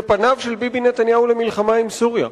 שפניו של ביבי נתניהו למלחמה עם סוריה.